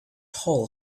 hole